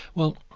well,